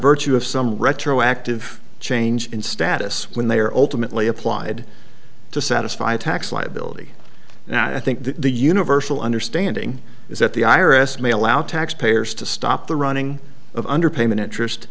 virtue of some retroactive change in status when they are ultimately applied to satisfy tax liability now i think the universal understanding is that the i r s may allow tax payers to stop the running of underpayment interest